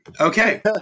Okay